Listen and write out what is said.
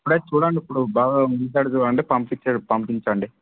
ఇప్పుడైతే చూడండి ఇప్పుడు బాగా ఉండేటట్టు చూడండి పంపించేట్టు పంపించండి